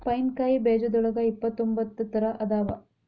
pine ಕಾಯಿ ಬೇಜದೋಳಗ ಇಪ್ಪತ್ರೊಂಬತ್ತ ತರಾ ಅದಾವ